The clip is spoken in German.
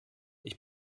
ich